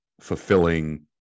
fulfilling